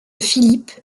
philippe